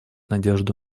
надежду